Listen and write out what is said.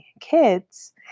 kids